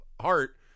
heart